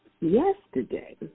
yesterday